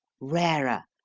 rarer,